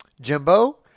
Jimbo